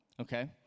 okay